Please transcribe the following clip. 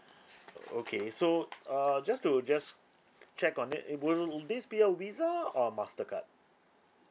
okay so uh just to just check on it it will this be a visa or a mastercard